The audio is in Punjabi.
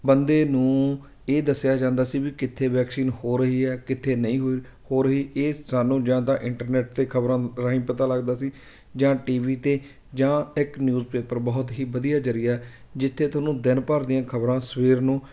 ਬੰਦੇ ਨੂੰ ਇਹ ਦੱਸਿਆ ਜਾਂਦਾ ਸੀ ਵੀ ਕਿੱਥੇ ਵੈਕਸੀਨ ਹੋ ਰਹੀ ਹੈ ਕਿੱਥੇ ਨਹੀਂ ਹੋਈ ਹੋ ਰਹੀ ਇਹ ਸਾਨੂੰ ਜਾਂ ਤਾਂ ਇੰਟਰਨੈਟ 'ਤੇ ਖਬਰਾਂ ਰਾਹੀਂ ਪਤਾ ਲੱਗਦਾ ਸੀ ਜਾਂ ਟੀਵੀ 'ਤੇ ਜਾਂ ਇੱਕ ਨਿਊਜ਼ਪੇਪਰ ਬਹੁਤ ਹੀ ਵਧੀਆ ਜ਼ਰੀਆ ਜਿੱਥੇ ਤੁਹਾਨੂੰ ਦਿਨ ਭਰ ਦੀਆਂ ਖਬਰਾਂ ਸਵੇਰ ਨੂੰ